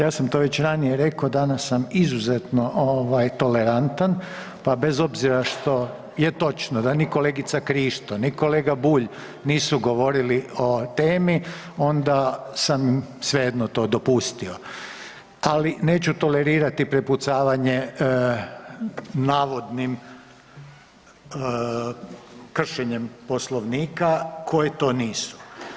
Ja sam to već ranije rekao, danas sam izuzetno tolerantan pa bez obzira što je točno da ni kolegica Krišto ni kolega Bulj nisu govorili o temi, onda sam svejedno to dopustio ali neću tolerirati prepucavanje navodnim kršenjem Poslovnika koje to nisu.